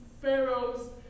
Pharaoh's